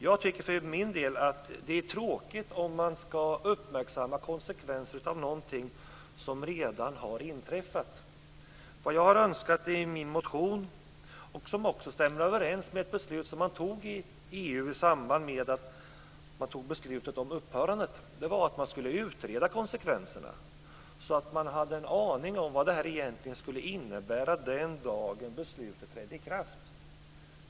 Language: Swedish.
Jag tycker för min del att det är tråkigt om man skall uppmärksamma konsekvenser av något som redan har inträffat. Vad jag önskar i min motion - och som också stämmer överens med ett beslut som man fattade inom EU i samband med att man fattade beslutet om upphörandet - är en utredning av konsekvenserna. Därigenom skulle man få en aning om vad det här egentligen innebär den dag då beslutet trätt i kraft.